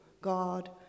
God